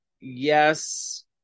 yes